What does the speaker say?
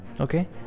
okay